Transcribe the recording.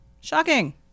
Shocking